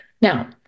Now